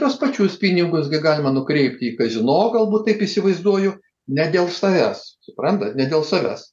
tuos pačius pinigus gi galima nukreipti į kazino galbūt taip įsivaizduoju ne dėl savęs suprantat ne dėl savęs